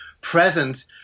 present